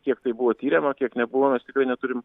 kiek tai buvo tiriama kiek nebuvo mes tikrai neturim